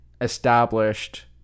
established